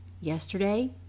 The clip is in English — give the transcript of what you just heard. Yesterday